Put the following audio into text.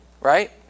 right